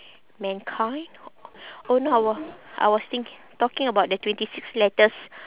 mankind oh no our I was thinki~ talking about the twenty six letters